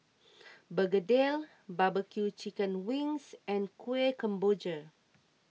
Begedil BBQ Chicken Wings and Kueh Kemboja